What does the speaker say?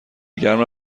گرم